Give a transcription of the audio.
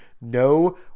No